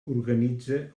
organitza